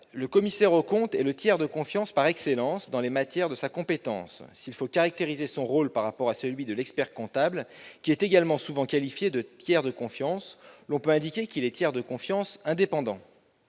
le commissaire aux comptes est le tiers de confiance par excellence dans les matières de sa compétence. S'il faut caractériser son rôle par rapport à celui de l'expert-comptable, qui est également souvent qualifié de tiers de confiance, l'on peut indiquer qu'il est tiers de confiance indépendant.